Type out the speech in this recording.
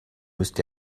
müsst